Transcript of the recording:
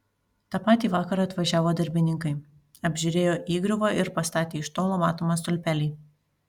tą patį vakarą atvažiavo darbininkai apžiūrėjo įgriuvą ir pastatė iš tolo matomą stulpelį